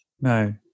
No